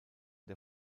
der